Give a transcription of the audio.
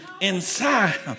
inside